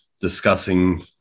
discussing